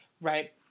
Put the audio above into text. Right